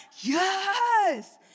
yes